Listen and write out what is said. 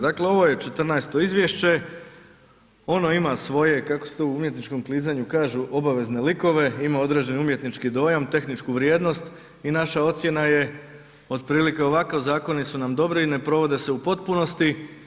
Dakle, ovo je 14 izvješće, ono imam svoje, kako se to u umjetničkom klizanju kaže obavezne likove, ima određeni umjetnički dojam, tehničku vrijednost i naša ocjena je, otprilike ovakav zakoni su nam dobri i ne provode se u potpunosti.